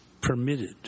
permitted